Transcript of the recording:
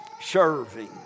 serving